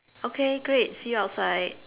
okay great see you outside